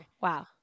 wow